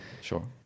Sure